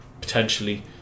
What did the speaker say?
potentially